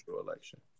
election